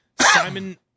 Simon